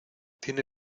tiene